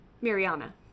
Mariana